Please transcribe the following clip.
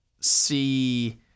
see